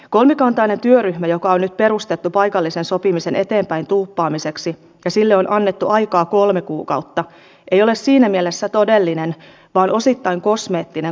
kolmikantainen työryhmä joka on nyt perustettu paikallisen sopimisen eteenpäin tuuppaamiseksi ja jolle on annettu aikaa kolme kuukautta ei ole siinä mielessä todellinen vaan osittain kosmeettinen